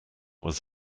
was